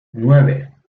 nueve